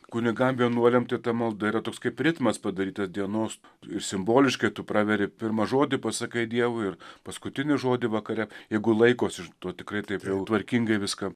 kunigam vienuoliam tai ta malda yra toks kaip ritmas padaryta dienos ir simboliškai tu praveri pirmą žodį pasakai dievui ir paskutinį žodį vakare jeigu laikosi to tikrai taip jau tvarkingai viską